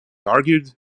argued